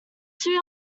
two